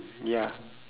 ya